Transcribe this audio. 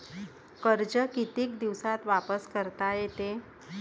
कर्ज कितीक दिवसात वापस करता येते?